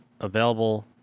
available